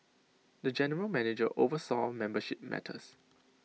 the general manager oversaw membership matters